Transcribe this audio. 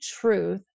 truth